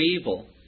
evil